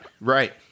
Right